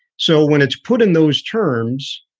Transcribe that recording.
so when it's put in those terms,